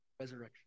resurrection